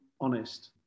honest